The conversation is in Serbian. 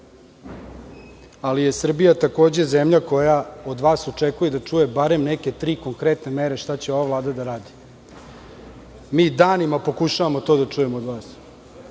ali je Srbija takođe zemlja koja od vas očekuje da čuje bar neke tri konkretne mere šta će ova Vlada da radi. Mi danima pokušavamo to da čujemo od vas.